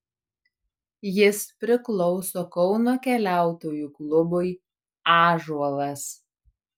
jis priklauso kauno keliautojų klubui ąžuolas